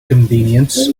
convenience